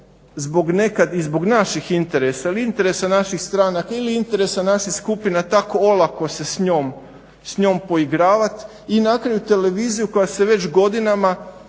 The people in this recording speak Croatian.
tako olako zbog naših interesa ili interesa naših stranaka ili interesa naših skupina tako olako se s njom poigravati i na kraju televiziju koja se već godinama